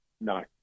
No